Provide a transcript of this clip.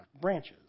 branches